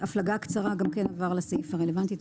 "הפלגה קצרה" גם כן עבר לסעיף הרלוונטי.